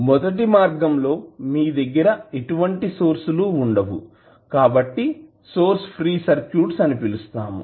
మొదటి మార్గం లో మీ దగ్గర ఎటువంటి సోర్స్ లు వుండవు కాబట్టి సోర్స్ ఫ్రీ సర్క్యూట్స్ అని పిలుస్తాము